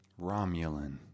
Romulan